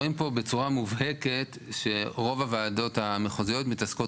רואים פה בצורה מובהקת שרוב הוועדות המחוזיות מתעסקות